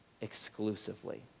exclusively